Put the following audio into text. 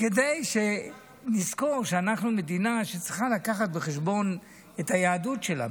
כדי שנזכור שאנחנו מדינה שצריכה לקחת בחשבון את היהדות שלה,